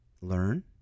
learn